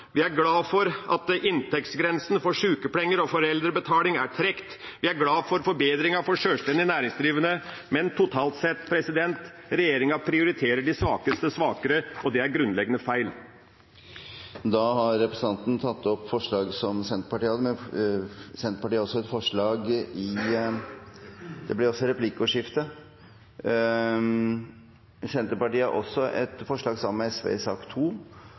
Vi er glad for at inntektsgrensen for sjukepenger og foreldrebetaling er trukket. Vi er glad for forbedringen for sjølstendig næringsdrivende, men totalt sett: Regjeringa prioriterer de svakeste svakere, og det er grunnleggende feil. Representanten Per Olaf Lundteigen har tatt opp det forslaget han refererte til. Vil representanten også ta opp forslaget som Senterpartiet har sammen med SV i sak